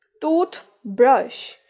toothbrush